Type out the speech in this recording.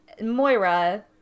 Moira